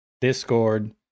Discord